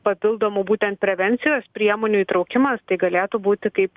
papildomų būtent prevencijos priemonių įtraukimas tai galėtų būti kaip